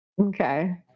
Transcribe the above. Okay